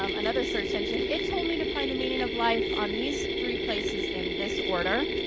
um another search engine. it told me to find the meaning of life on these three places, in this order.